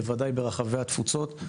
בוודאי ברחבי התפוצות.